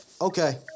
Okay